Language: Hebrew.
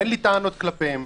אין לי טענות כלפיהם.